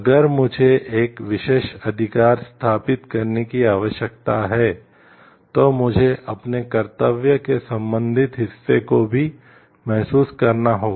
अगर मुझे एक विशेष अधिकार स्थापित करने की आवश्यकता है तो मुझे अपने कर्तव्य के संबंधित हिस्से को भी महसूस करना होगा